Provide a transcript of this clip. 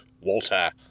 Walter